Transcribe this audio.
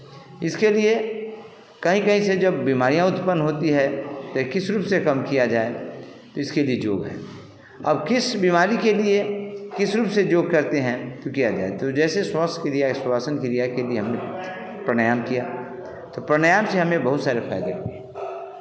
इसके लिए कहीं कहीं से जब बीमारियाँ उत्पन्न होती है तो ये किस रूप से कम किया जाए तो इसके लिए योग हैं अब किस बिमारी के लिए किस रूप से योग करते हैं तो किया जाए तो जैसे श्वास क्रिया है श्वसन क्रिया के लिए हमने प्राणायाम किया तो प्राणायाम से हमें बहुत सारे फ़ायदे हुए